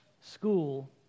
school